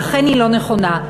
ואכן היא לא נכונה.